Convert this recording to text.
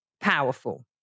powerful